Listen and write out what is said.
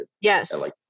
yes